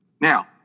Now